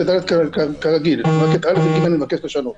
ו-(ד) כרגיל, רק את (א) ו-(ג) אני מבקש לשנות.